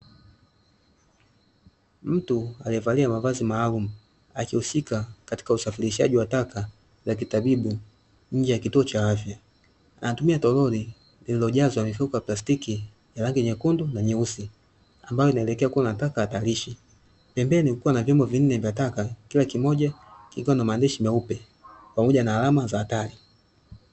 Mtu aliyevalia mavazi maalumu akihusika katika usafirishaji wa taka za kitabibu nje ya kituo cha afya. Anatumia toroli lililojazwa mifuko ya plastiki ya rangi nyekunde na nyeusi, ambayo inaelekea kuwa na taka hatarishi. Pembeni kukiwa na vyombo vinne vya taka, kila kimoja kikiwa na maandishi meupe pamoja na alama za hatari.